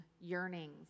yearnings